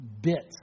bits